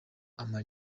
ama